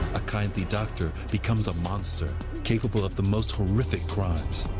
a kindly doctor becomes a monster capable of the most horrific crimes.